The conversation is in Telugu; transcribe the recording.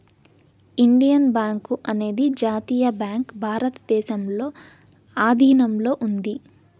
ఇండియన్ బ్యాంకు అనేది జాతీయ బ్యాంక్ భారతదేశంలో ఆధీనంలో ఉంది